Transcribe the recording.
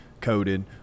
coded